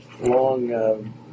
long